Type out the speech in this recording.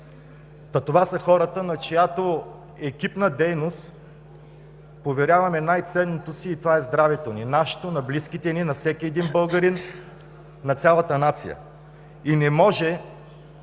Това са хората, на чиято екипна дейност поверяваме най-ценното си и това е здравето ни – нашето, на близките ни, на всеки един българин, на цялата нация. И не може,